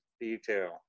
detail